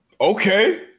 Okay